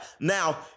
Now